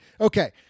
Okay